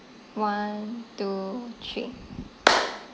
one two three